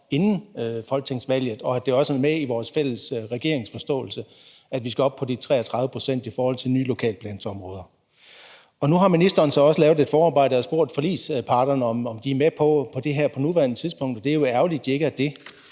inden folketingsvalget, og når nu det også er med i vores fælles regeringsforståelse, altså at vi skal op på de 33 pct. i forhold til nye lokalplansområder. Nu har ministeren så også lavet et forarbejde og spurgt forligsparterne, om de er med på det her på nuværende tidspunkt. Og det er jo ærgerligt, at de